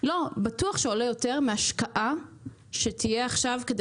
בטוח שעולה יותר מהשקעה שתהיה עכשיו כדי